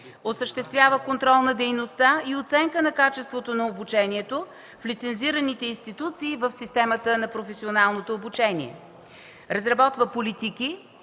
осъществява контрол на дейността и оценка на качеството на обучението в лицензираните институции в системата на професионалното обучение, разработва политики